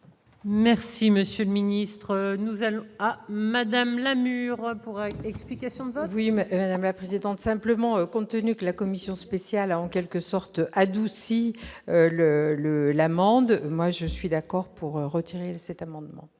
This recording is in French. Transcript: Merci monsieur le ministre, nous allons à madame Lamure. Explique oui mais la présidente simplement contenu que la commission spéciale en quelque sorte adouci le le l'amende, moi je suis d'accord pour retirer cet amendement.